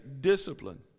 discipline